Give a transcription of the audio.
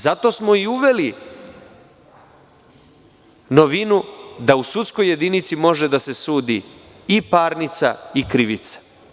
Zato smo i uveli novinu da u sudskoj jedinici može da se sudi i parnica i krivica.